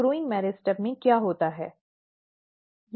तो बढ़ते मेरिस्टेम में क्या होता है